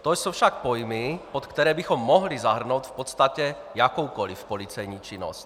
To jsou však pojmy, pod které bychom mohli zahrnout v podstatě jakoukoli policejní činnost.